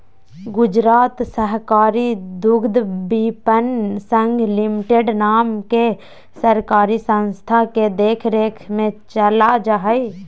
गुजरात सहकारी दुग्धविपणन संघ लिमिटेड नाम के सहकारी संस्था के देख रेख में चला हइ